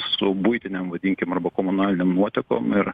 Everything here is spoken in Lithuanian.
su buitinėm vadinkim arba komunalinėm nuotekom ir